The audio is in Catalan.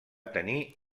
tenir